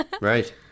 Right